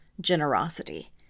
generosity